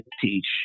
teach